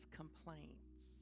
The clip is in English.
complaints